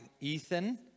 Ethan